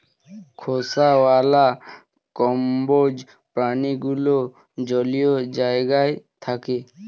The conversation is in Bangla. খোসাওয়ালা কম্বোজ প্রাণীগুলো জলীয় জায়গায় থাকে